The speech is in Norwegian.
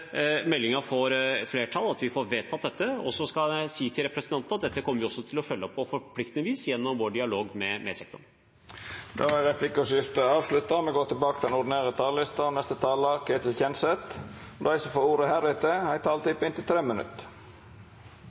flertall, og at vi får vedtatt dette. Jeg vil også si til representanten at dette kommer vi til å følge opp på forpliktende vis gjennom vår dialog med sektoren. Replikkordskiftet er omme. Dei talarane som heretter får ordet, har ei taletid på inntil 3 minutt. Det er en viktig melding vi behandler i dag, og